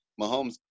Mahomes